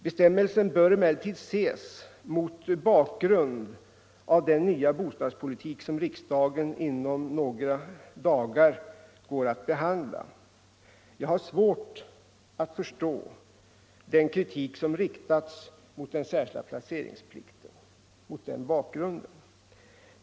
Bestämmelsen bör emellertid ses mot bakgrund av den nya bostadspolitik som riksdagen inom några dagar går att behandla. Mot den bakgrunden har jag svårt att förstå den kritik som riktats mot den särskilda placeringsplikten.